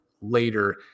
later